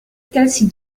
kelsey